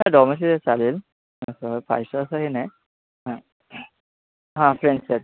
हां डॉमशीस चालेल असं फाय स्टार असं हे नाही हां हां फ्रेंड्स आहेत